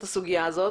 את הסוגיה הזאת.